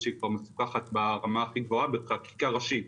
שהיא כבר מפוקחת ברמה הכי גבוהה בחקיקה ראשית